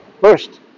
first